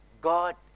God